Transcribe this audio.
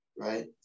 right